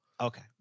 Okay